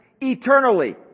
eternally